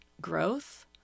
growth